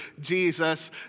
Jesus